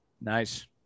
Nice